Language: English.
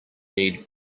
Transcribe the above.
need